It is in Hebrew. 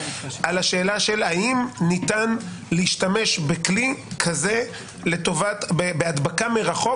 על השאלה של האם ניתן להשתמש בכלי כזה בהדבקה מרחוק?